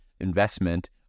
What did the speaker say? investment